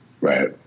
Right